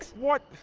what?